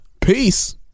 Peace